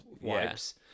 wipes